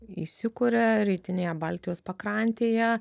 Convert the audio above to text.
įsikuria rytinėje baltijos pakrantėje